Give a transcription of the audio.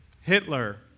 Hitler